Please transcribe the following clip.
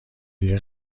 دیگه